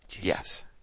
Yes